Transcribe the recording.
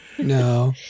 No